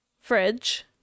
fridge